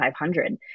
500